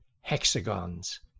hexagons